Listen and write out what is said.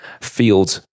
Fields